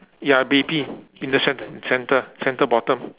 ya baby in the cen~ centre centre bottom